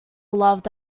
loved